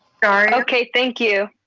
okay thank you.